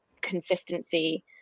consistency